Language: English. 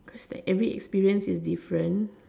cause like every experience is different